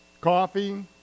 coffee